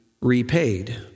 repaid